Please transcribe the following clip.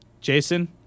Jason